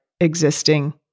existing